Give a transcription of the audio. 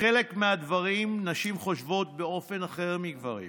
בחלק מהדברים נשים חושבות באופן אחר מגברים.